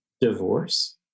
Divorce